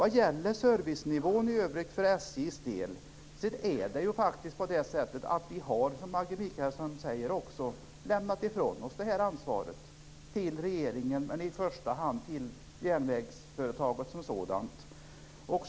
Vad gäller servicenivån hos SJ så har vi - precis som Maggi Mikaelsson säger - lämnat ifrån oss ansvaret till regeringen men i första hand till järnvägsföretaget som sådant.